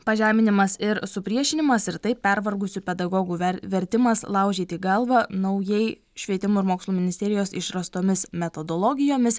pažeminimas ir supriešinimas ir taip pervargusių pedagogų ver vertimas laužyti galvą naujai švietimo ir mokslo ministerijos išrastomis metodologijomis